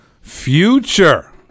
Future